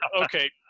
okay